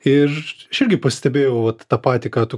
ir irgi pastebėjau vat tą patį ką tu ką